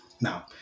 Now